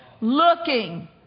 looking